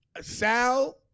Sal